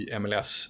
mls